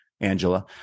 Angela